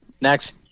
Next